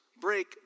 break